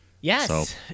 Yes